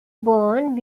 bone